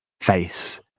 face